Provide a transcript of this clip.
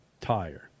Tire